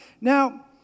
Now